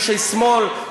אנשי שמאל.